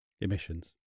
emissions